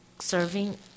serving